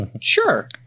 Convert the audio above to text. sure